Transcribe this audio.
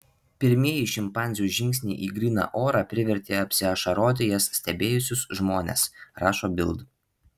pirmieji šimpanzių žingsniai į gryną orą privertė apsiašaroti jas stebėjusius žmones rašo bild